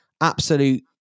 Absolute